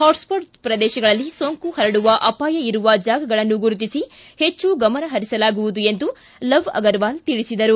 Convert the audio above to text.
hotspot ಪ್ರದೇಶಗಳಲ್ಲಿ ಸೋಂಕು ಹರಡುವ ಅಪಾಯ ಇರುವ ಜಾಗಗಳನ್ನು ಗುರುತಿಸಿ ಹೆಚ್ಚು ಗಮನ ಹರಿಸಲಾಗುವುದು ಎಂದು ಲವ್ ಅಗರ್ವಾಲ್ ತಿಳಿಸಿದರು